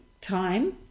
time